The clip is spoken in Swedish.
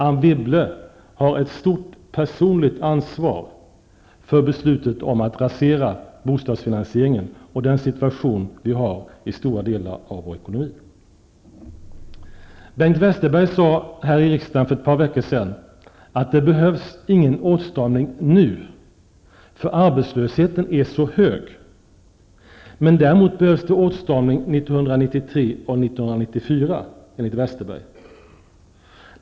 Anne Wibble har ett stort personligt ansvar för beslutet om att rasera bostadsfinansieringen och för den situation som vi har i våra kommuner. Bengt Westerberg sade här i riksdagen för ett par veckor sedan att det inte behövs någon åtstramning nu, för arbetslösheten är så hög. Däremot behövs det åtstramning 1993 och 1994, enligt Westerberg.